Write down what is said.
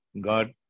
God